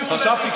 אז חשבתי,